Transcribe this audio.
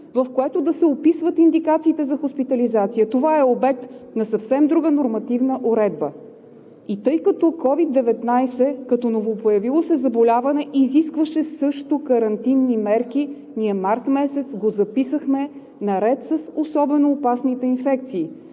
в което да се описват индикациите за хоспитализация, това е обект на съвсем друга нормативна уредба. И тъй като COVID-19 като новопоявило се заболяване изискваше също карантинни мерки, ние месец март го записахме наред с особено опасните инфекции.